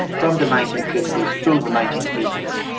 from the nineteen fifty s through the nineteen eighty s.